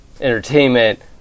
entertainment